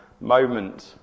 moment